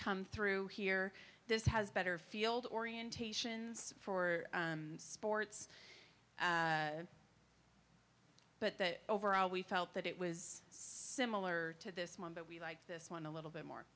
come through here this has better field orientations for sports but that overall we felt that it was similar to this mom but we like this one a little bit more